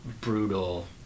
brutal